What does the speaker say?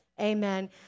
Amen